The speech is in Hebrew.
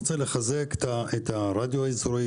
אני רוצה לחזק את הרדיו האזורי,